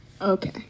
Okay